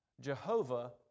Jehovah